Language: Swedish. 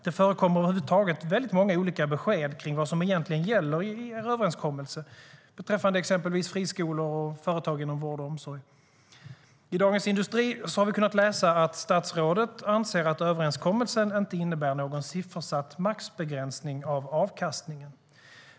Det förekommer över huvud taget väldigt många olika besked kring vad som egentligen gäller i er överenskommelse beträffande exempelvis friskolor och företag inom vård och omsorg. I Dagens Industri har vi kunnat läsa att statsrådet anser att överenskommelsen inte innebär någon siffersatt maxbegränsning av avkastningen.